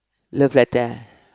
look like there